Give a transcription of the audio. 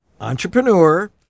entrepreneur